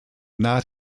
not